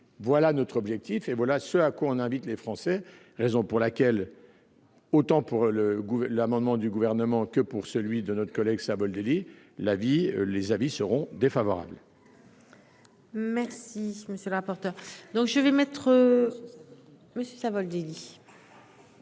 Voilà notre objectif. Et voilà ce à quoi on invite les Français. Raison pour laquelle. Autant pour le goût. L'amendement du gouvernement que pour celui de notre collègue Savoldelli la vie les avis seront défavorables. Merci monsieur le rapporteur. Donc je vais mettre. Monsieur Savoldelli.